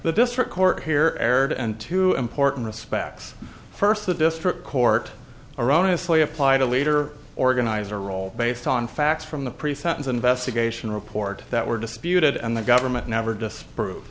the district court here erred and two important respects first the district court or honestly applied a later organizer role based on facts from the pre sentence investigation report that were disputed and the government never disprove